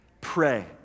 Pray